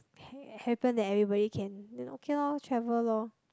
happen that everybody can then okay loh travel loh